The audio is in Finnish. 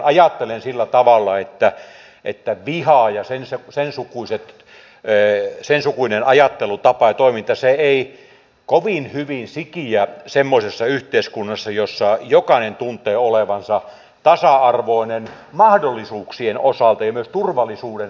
ajattelen sillä tavalla että viha ja sen sukuinen ajattelutapa ja toiminta eivät kovin hyvin sikiä semmoisessa yhteiskunnassa jossa jokainen tuntee olevansa tasa arvoinen mahdollisuuksien osalta ja myös turvallisuuden saamisen osalta